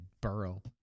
burrow